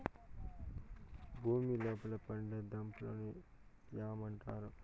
భూమి లోపల పండే దుంపలను యామ్ అంటారు